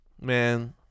Man